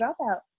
dropout